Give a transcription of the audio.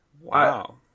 Wow